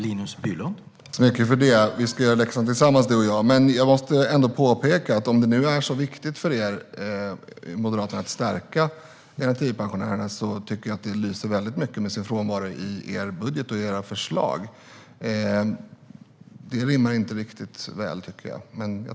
Herr talman! Vi ska göra läxan tillsammans, Lars-Arne Staxäng och jag. Men jag måste ändå påpeka något om det nu är så viktigt för Moderaterna att stärka garantipensionärerna. Jag tycker att det lyser väldigt mycket med sin frånvaro i er budget och i era förslag. Det rimmar inte riktigt, tycker jag.